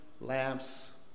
lamps